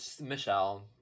Michelle